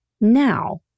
now